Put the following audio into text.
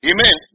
Amen